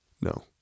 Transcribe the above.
No